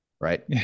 Right